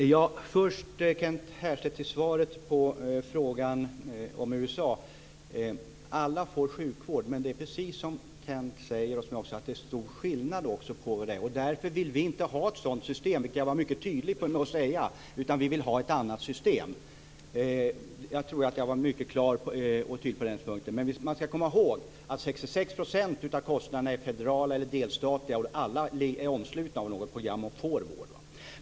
Fru talman! Först vill jag ge Kent Härstedt ett svar i fråga om USA. Alla får sjukvård men det finns, precis som Kent säger, stora skillnader. Därför vill vi inte ha ett sådant system - där tycker jag att jag var mycket tydlig - utan vi vill ha ett annat system. Jag tror alltså att jag var mycket tydlig på den punkten. Men vi ska komma ihåg att 66 % av kostnaderna är federala eller delstatliga och att alla människor är omslutna av något program och får vård.